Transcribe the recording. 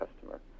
customer